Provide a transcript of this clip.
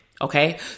okay